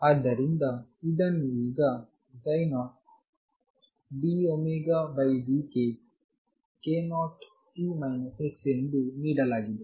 ಆದ್ದರಿಂದ ಇದನ್ನು ಈಗ 0 dωdkk0t x ಎಂದು ನೀಡಲಾಗಿದೆ